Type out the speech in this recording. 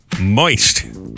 moist